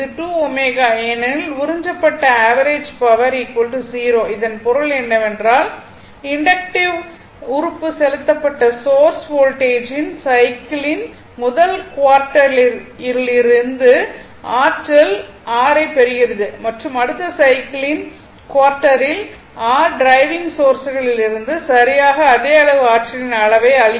இது 2 ω ஏனெனில் உறிஞ்சப்பட்ட ஆவரேஜ் பவர் 0 இதன் பொருள் என்னவென்றால் இண்டக்ட்டிவ் உறுப்பு செலுத்தபட்ட சோர்ஸ் வோல்டேஜின் சைக்கிளின் முதல் குவார்ட்டரிலிருந்து ஆற்றல் r ஐப் பெறுகிறது மற்றும் அடுத்த சைக்கிளின் குவார்ட்டரில் r டிரைவிங் சோர்ஸ்களிலிருந்து சரியாக அதே அளவு ஆற்றலின் அளவை அளிக்கிறது